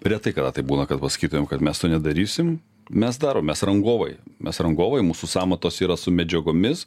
retai kada taip būna kad pasakytumėm kad mes to nedarysim mes darom mes rangovai mes rangovai mūsų sąmatos yra su medžiagomis